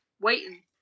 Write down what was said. waiting